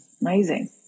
Amazing